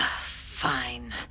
Fine